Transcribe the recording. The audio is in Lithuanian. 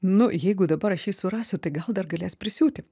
nu jeigu dabar aš jį surasiu tai gal dar galės prisiūti